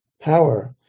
power